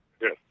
yes